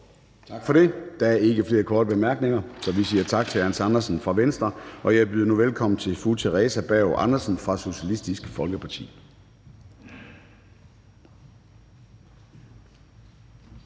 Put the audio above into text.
Tak for det. Der er ikke flere korte bemærkninger, så vi siger tak til hr. Hans Andersen fra Venstre. Jeg byder nu velkommen til fru Theresa Berg Andersen fra Socialistisk Folkeparti.